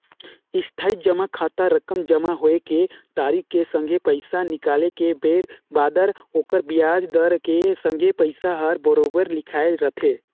इस्थाई जमा खाता रकम जमा होए के तारिख के संघे पैसा निकाले के बेर बादर ओखर बियाज दर के संघे पइसा हर बराबेर लिखाए रथें